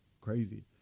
crazy